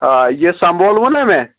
آ یہِ سمبولوٕ نہٕ مےٚ